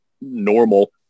normal